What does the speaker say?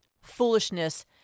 foolishness